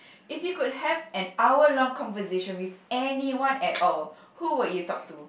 if you could have an hour long conversation with anyone at all who would you talk to